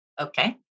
Okay